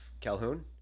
Calhoun